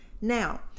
Now